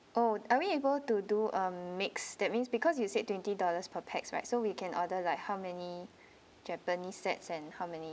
oh are we able to do um mix that means because you said twenty dollars per pax right so we can order like how many japanese sets and how many